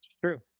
True